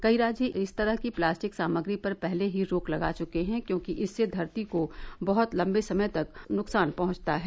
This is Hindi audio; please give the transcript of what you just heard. कई राज्य इस तरह की प्लास्टिक सामग्री पर पहले ही रोक लगा चुके हैं क्योंकि इससे धरती को बहत लंबे समय तक नुकसान पहंचता है